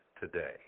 today